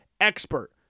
expert